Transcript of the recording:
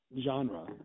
genre